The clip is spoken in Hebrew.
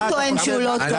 הוא טוען שהוא לא טוב.